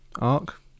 arc